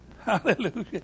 hallelujah